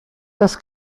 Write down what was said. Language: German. das